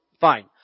fine